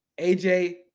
AJ